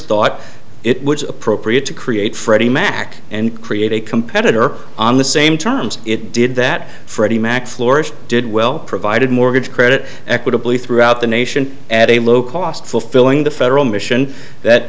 thought it was appropriate to create freddie mac and create a competitor on the same terms it did that freddie mac florist did well provided mortgage credit equitably throughout the nation at a low cost fulfilling the federal mission that